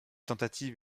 tentative